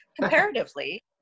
comparatively